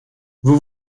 vous